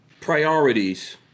Priorities